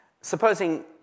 supposing